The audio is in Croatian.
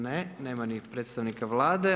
Ne, nema ni predstavnika Vlade.